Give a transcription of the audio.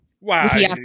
wow